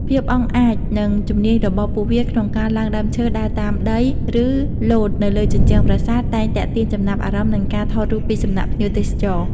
ភាពអង់អាច និងជំនាញរបស់ពួកវាក្នុងការឡើងដើមឈើ ដើរតាមដី ឬលោតនៅលើជញ្ជាំងប្រាសាទ តែងទាក់ទាញចំណាប់អារម្មណ៍ និងការថតរូបពីសំណាក់ភ្ញៀវទេសចរ។